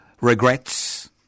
regrets